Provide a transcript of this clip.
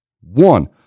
one